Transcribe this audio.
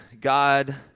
God